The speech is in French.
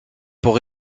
pour